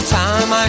time